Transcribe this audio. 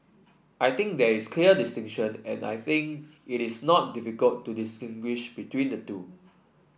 I think there is clear distinction and I think it is not difficult to distinguish between the two